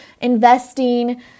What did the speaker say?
investing